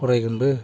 फरायगोनबो